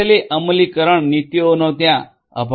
અમલીકરણ નીતિઓનો ત્યાં અભાવ છે